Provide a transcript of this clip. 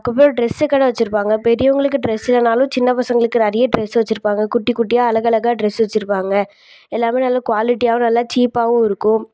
அதுக்கப்புறம் ட்ரெஸ்ஸு கடை வச்சிருப்பாங்க பெரியவங்களுக்கு ட்ரெஸ்ஸு இல்லைனாலும் சின்னப்பசங்களுக்கு நிறைய ட்ரெஸ்ஸு வச்சிருப்பாங்க குட்டி குட்டியாக அழகலகா ட்ரெஸ் வச்சிருப்பாங்க எல்லாமே நல்ல க்வாலிட்டியாகவும் நல்ல சீப்பாகவும் இருக்கும்